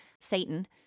Satan